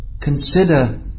consider